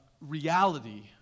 reality